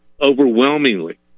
overwhelmingly